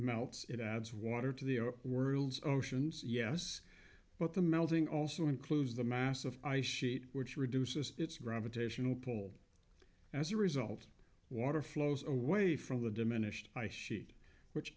melts it adds water to the world's oceans yes but the melting also includes the massive ice sheet which reduces its gravitational pull as a result water flows away from the diminished ice sheet which